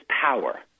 power